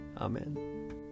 Amen